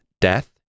death